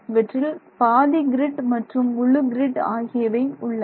இவற்றில் பாதி கிரிட் மற்றும் முழு கிரிட் ஆகியவை உள்ளன